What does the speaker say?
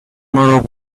more